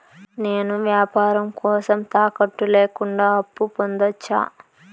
నేను వ్యాపారం కోసం తాకట్టు లేకుండా అప్పు పొందొచ్చా?